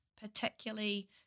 particularly